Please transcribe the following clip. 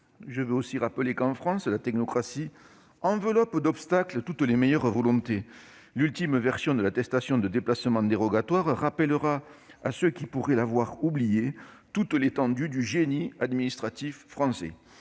Je veux aussi rappeler que, en France, la technocratie enveloppe d'obstacles toutes les meilleures volontés. L'ultime version de l'attestation de déplacement dérogatoire rappellera à ceux qui pourraient l'avoir oublié toute l'étendue du génie administratif français.